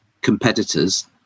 competitors